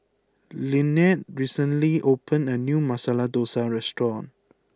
Lynnette recently opened a new Masala Dosa restaurant